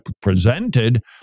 presented